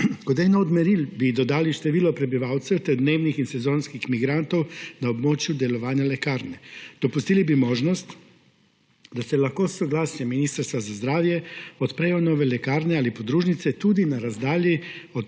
Kot eno od meril bi dodali število prebivalcev ter dnevnih in sezonskih migrantov na območju delovanja lekarne. Dopustili bi možnost, da se lahko s soglasjem Ministrstva za zdravje odprejo nove lekarne ali podružnice tudi na razdalji,